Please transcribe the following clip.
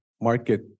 market